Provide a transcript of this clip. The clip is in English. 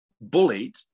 bullied